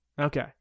Okay